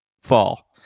fall